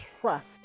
trust